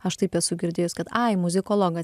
aš taip esu girdėjus kad ai muzikologas